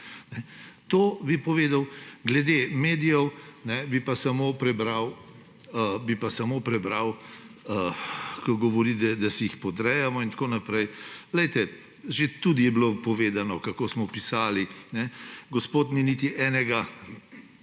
To bi povedal. Glede medijev bi pa samo prebral, ko govorite, da si jih podrejamo in tako naprej. Bilo je že tudi povedano, kako smo pisali. Gospod ni niti enega